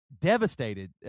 devastated